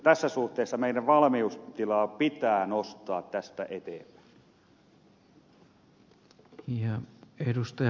tässä suhteessa meidän valmiustilaa pitää nostaa tästä eteenpäin